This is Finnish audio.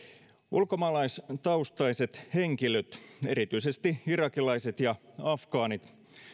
ulkomaalaistaustaiset henkilöt erityisesti irakilaiset ja afgaanit